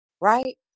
right